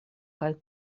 kaj